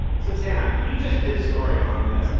so tam, you just did a story on this.